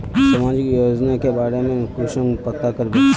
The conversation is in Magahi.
सामाजिक योजना के बारे में कुंसम पता करबे?